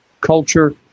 culture